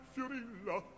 Fiorilla